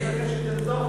אני מבקש שתנזוף בממשלה.